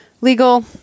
legal